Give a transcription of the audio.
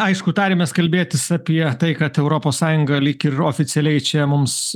aišku tarėmės kalbėtis apie tai kad europos sąjungą lyg ir oficialiai čia mums